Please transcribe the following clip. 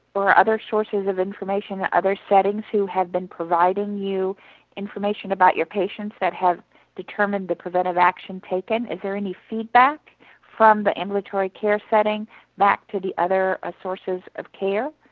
or other sources of information, other settings who have been providing you information about your patients that have determined the preventative action taken? is there any feedback from the ambulatory care setting back to the other ah sources of care,